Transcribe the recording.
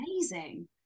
amazing